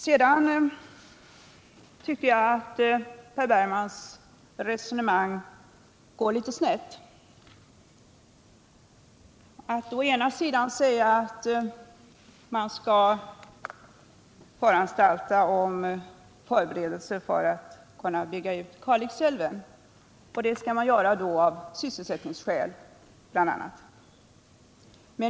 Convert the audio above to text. Sedan tycker jag att Per Bergmans resonemang går litet snett. Å ena sidan skulle man göra förberedelser för att kunna bygga ut Kalix älv, och det skulle man då göra av bl.a. sysselsättningsskäl.